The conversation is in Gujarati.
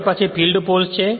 હવે પછી ફિલ્ડ પોલ્સ છે